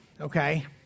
okay